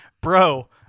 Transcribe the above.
bro